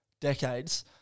decades